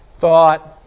thought